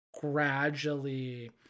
gradually